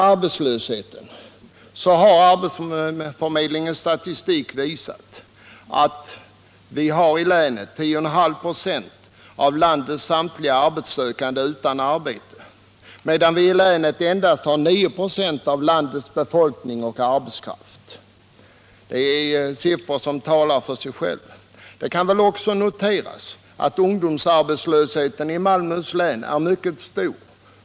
Arbetsförmedlingens statistik visar att vi i länet har 10,5 96 av landets samtliga arbetssökande utan arbete, medan vi endast har 9 96 av landets befolkning och arbetskraft. Det är siffror som talar för sig själva. Det kan också noteras att ungdomsarbetslösheten i Malmöhus län är mycket stor.